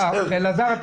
אלעזר,